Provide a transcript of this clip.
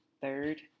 third